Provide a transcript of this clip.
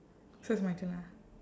so it's my turn lah